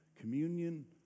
Communion